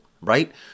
right